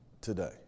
today